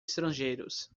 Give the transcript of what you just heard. estrangeiros